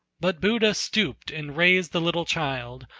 but buddha stooped and raised the little child,